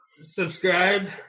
Subscribe